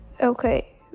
Okay